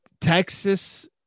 Texas